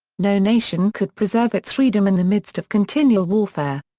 no nation could preserve its freedom in the midst of continual warfare.